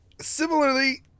similarly